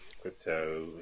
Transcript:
crypto